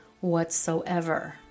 whatsoever